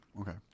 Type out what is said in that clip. Okay